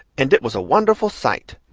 and it was a wonderful sight.